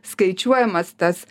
skaičiuojamas tas